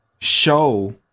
show